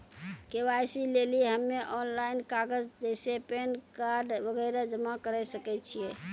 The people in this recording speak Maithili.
के.वाई.सी लेली हम्मय ऑनलाइन कागज जैसे पैन कार्ड वगैरह जमा करें सके छियै?